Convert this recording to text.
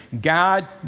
God